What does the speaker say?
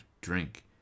drink